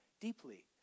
deeply